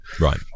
Right